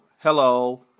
Hello